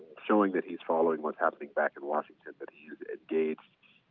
showing that he is following what is happening back in washington. that he is engaged,